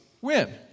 win